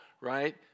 right